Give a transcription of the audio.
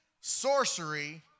sorcery